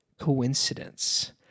coincidence